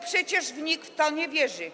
Przecież nikt w to nie wierzy.